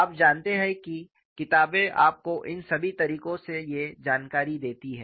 आप जानते हैं कि किताबें आपको इन सभी तरीकों से ये जानकारी देती हैं